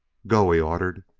go! he ordered.